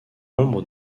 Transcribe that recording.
nombre